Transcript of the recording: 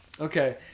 okay